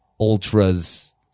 ultras